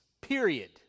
period